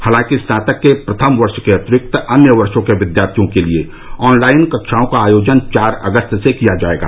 हालांकि स्नातक के प्रथम वर्ष के अतिरिक्त अन्य वर्षों के विद्यार्थियों के लिए ऑनलाइन कक्षाओं का आयोजन चार अगस्त से किया जाएगा